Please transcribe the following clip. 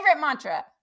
mantra